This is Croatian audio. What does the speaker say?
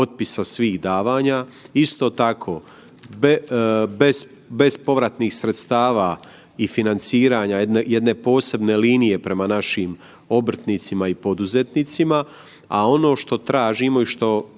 svih davana. Isto tako bespovratnih sredstava i financiranja jedne posebne linije prema našim obrtnicima i poduzetnicima, a ono što tražimo i što